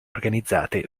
organizzate